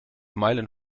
meilen